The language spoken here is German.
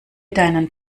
deinen